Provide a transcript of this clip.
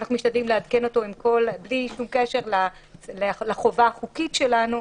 ואנחנו משתדלים לעדכן אותו גם בלי שום קשר לחובה החוקית שלנו,